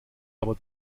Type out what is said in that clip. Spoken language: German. aber